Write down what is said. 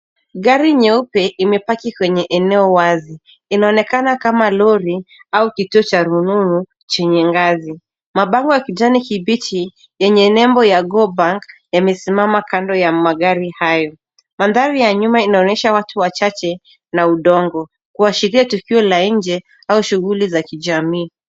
Gari nyeupe imepaki kwenye eneo wazi, Iinaonekana kama lori au kituo cha rununu chenye ngazi. Mabango ya kijani kibichi yenye nembo ya Coop Bank yamesimama kando ya magari hayo. Mandhari ya nyuma inaonyesha watu wachache na udongo kuashiria tukio la nje au shughuli za kijamii.